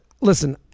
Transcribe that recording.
listen